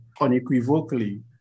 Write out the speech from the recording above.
unequivocally